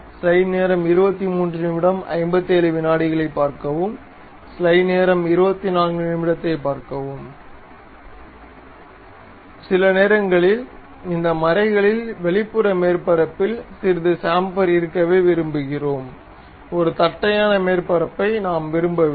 சில நேரங்களில் இந்த மறைகளில வெளிப்புற மேற்பரப்பில் சிறிது சேம்பர் இருக்கவே விரும்புகிறோம் ஒரு தட்டையான மேற்பரப்பை நாம் விரும்பவில்லை